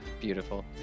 Beautiful